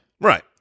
Right